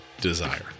desire